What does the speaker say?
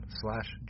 slash